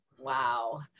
Wow